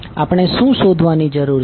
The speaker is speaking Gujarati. આપણે શું શોધવાની જરૂર છે